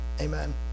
amen